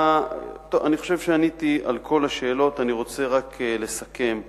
אני חושב שעניתי על כל השאלות, ואני רוצה רק לסכם.